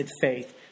faith